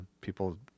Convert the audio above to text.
people